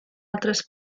altres